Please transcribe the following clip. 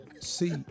See